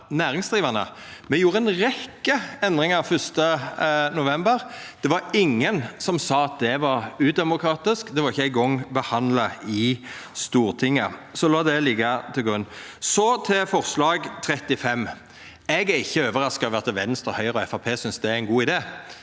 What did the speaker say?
Me gjorde ei rekkje endringar 1. november. Det var ingen som sa at det var udemokratisk. Det var ikkje eingong behandla i Stortinget. Så la det liggja til grunn. Så til forslag nr. 35: Eg er ikkje overraska over at Venstre, Høgre og Framstegspartiet synest det er ein god idé,